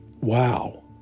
Wow